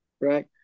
right